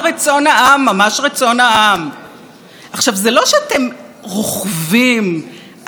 זה לא שאתם רוכבים על גלי הסתה וגזענות של איזה המון.